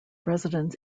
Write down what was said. residence